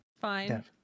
Fine